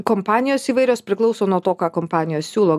kompanijos įvairios priklauso nuo to ką kompanijos siūlo